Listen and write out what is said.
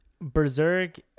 Berserk